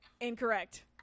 Incorrect